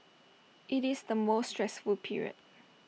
IT is the most stressful period